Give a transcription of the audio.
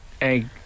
Egg